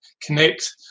connect